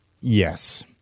yes